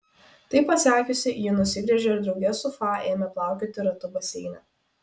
tai pasakiusi ji nusigręžė ir drauge su fa ėmė plaukioti ratu baseine